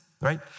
Right